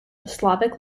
slavic